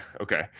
okay